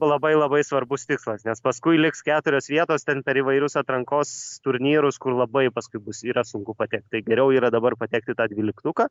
labai labai svarbus tikslas nes paskui liks keturios vietos ten per įvairius atrankos turnyrus kur labai paskui yra sunku patekt tai geriau yra dabar patekti į tą dvyliktuką